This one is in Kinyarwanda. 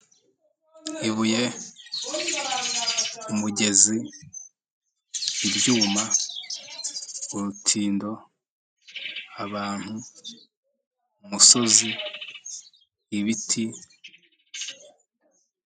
Ibuye, umugezi, ibyuma, urutindo, abantu, umusozi, ibiti